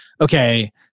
okay